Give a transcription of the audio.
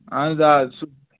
اَہَن حظ آ سُہ